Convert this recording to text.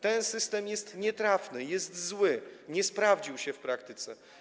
Ten system jest nietrafny i jest zły, nie sprawdził się w praktyce.